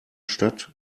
stadt